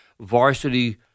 varsity